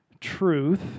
truth